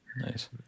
nice